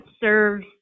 serves